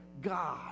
God